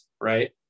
right